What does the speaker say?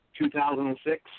2006